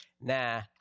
nah